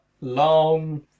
long